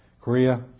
Korea